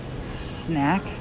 snack